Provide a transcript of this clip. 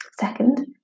Second